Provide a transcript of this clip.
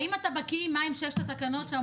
האם אתה בקיא מהן שש התקנות,